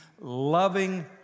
loving